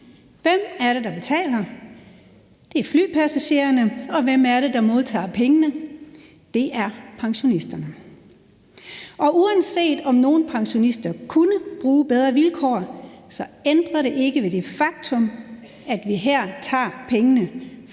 Hvem er det, der betaler? Det er flypassagererne. Og hvem er det, der modtager pengene? Det er pensionisterne. Og uanset om nogle pensionister kunne bruge bedre vilkår, ændrer det ikke ved det faktum, at vi her tager pengene fra en